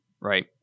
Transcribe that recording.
right